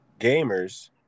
gamers